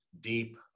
deep